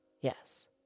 Yes